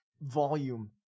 volume